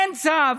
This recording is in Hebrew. אין צו,